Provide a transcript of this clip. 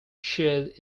shared